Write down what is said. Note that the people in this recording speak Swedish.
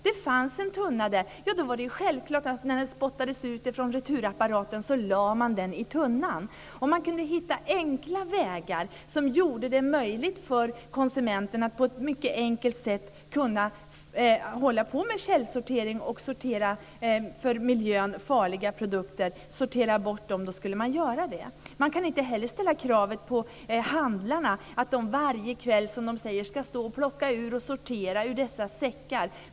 Det fanns en tunna där, och när den spottades ut från returapparaten var det självklart att lägga den i tunnan. Om man kunde hitta vägar som gjorde det möjligt för konsumenterna att på ett enkelt sätt hålla på med källsortering och sortera för miljön farliga produkter och sortera bort dem skulle de göra det. Man kan inte heller ställa kravet på handlarna att de varje kväll ska stå och plocka ur och sortera ur dessa säckar.